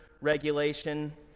regulation